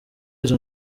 izo